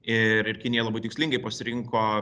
ir ir kinija labai tikslingai pasirinko